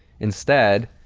instead,